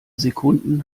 sekunden